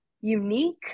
unique